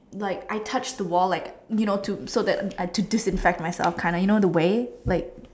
like I touched the wall like you know to so that I to disinfect myself kinda you know the way